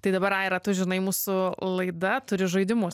tai dabar aira tu žinai mūsų laida turi žaidimus